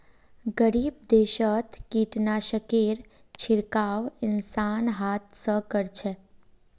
गरीब देशत कीटनाशकेर छिड़काव इंसान हाथ स कर छेक